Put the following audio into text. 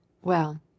Well